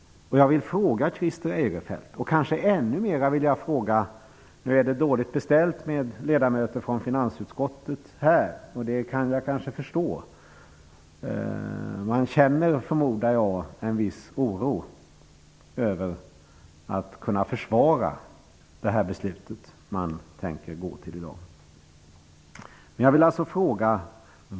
Jag vill ställa en fråga till Christer Eirefelt och kanske ännu hellre till ledamöterna av finansutskottet. Det är dåligt beställt med ledamöter från finansutskottet här i kammaren. Det kan jag kanske förstå. Jag förmodar att man känner en viss oro när det gäller att kunna försvara det beslut man tänker gå till i dag.